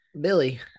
Billy